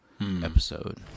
Episode